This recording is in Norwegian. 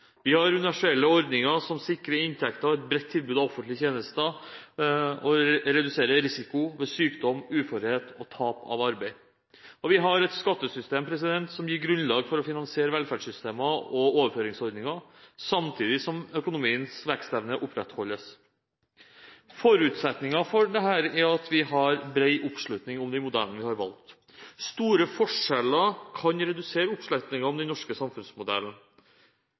Vi har universelle ordninger som sikrer inntekter og et bredt tilbud av offentlige tjenester, og som reduserer risiko ved sykdom, uførhet og tap av arbeid. Vi har et skattesystem som gir grunnlag for å finansiere velferdssystemer og overføringsordninger, samtidig som økonomiens vekstevne opprettholdes. Forutsetningen for dette er at vi har bred oppslutning om de modellene vi har valgt. Store forskjeller kan redusere oppslutningen om den norske samfunnsmodellen.